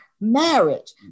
marriage